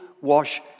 Wash